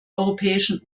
europäischen